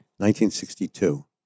1962